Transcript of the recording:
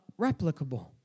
replicable